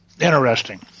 Interesting